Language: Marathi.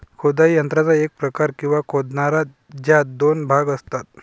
खोदाई यंत्राचा एक प्रकार, किंवा खोदणारा, ज्यात दोन भाग असतात